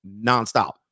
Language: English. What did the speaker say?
nonstop